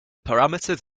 parameters